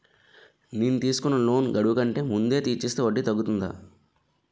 నేను తీసుకున్న లోన్ గడువు కంటే ముందే తీర్చేస్తే వడ్డీ తగ్గుతుందా?